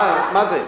מה זה?